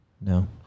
No